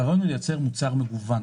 והרעיון הוא לייצר מוצר מגוון.